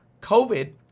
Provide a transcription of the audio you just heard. COVID